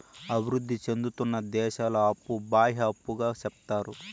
అభివృద్ధి సేందుతున్న దేశాల అప్పు బాహ్య అప్పుగా సెప్తారు